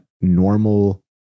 normal